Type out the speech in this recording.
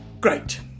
great